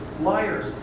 liars